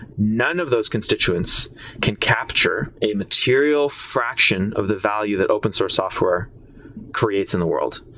none of those constituents can capture a material fraction of the value that open source software creates in the world,